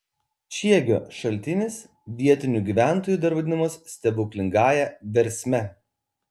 čiegio šaltinis vietinių gyventojų dar vadinamas stebuklingąja versme